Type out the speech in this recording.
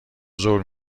زور